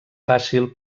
fàcil